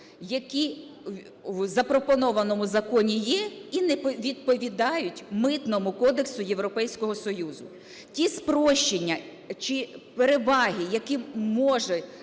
які в запропонованому законі є і не відповідають Митному кодексу Європейського Союзу, ті спрощення чи переваги, які можуть